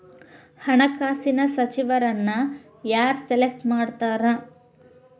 ಹಣಕಾಸಿನ ಸಚಿವರನ್ನ ಯಾರ್ ಸೆಲೆಕ್ಟ್ ಮಾಡ್ತಾರಾ